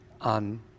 on